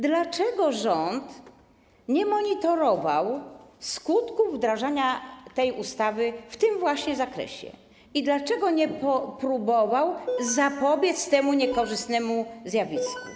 Dlaczego rząd nie monitorował skutków wdrażania tej ustawy w tym właśnie zakresie i dlaczego nie próbował zapobiec temu niekorzystnemu zjawisku?